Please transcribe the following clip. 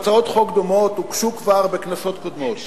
הצעות חוק דומות הוגשו כבר בכנסות קודמות